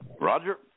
Roger